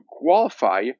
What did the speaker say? qualify